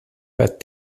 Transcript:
but